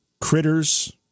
Critters